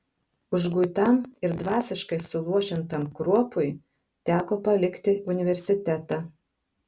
užguitam ir dvasiškai suluošintam kruopui teko palikti universitetą